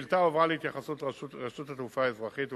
השאילתא הועברה להתייחסות רשות התעופה האזרחית,